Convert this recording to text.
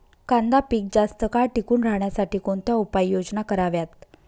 कांदा पीक जास्त काळ टिकून राहण्यासाठी कोणत्या उपाययोजना कराव्यात?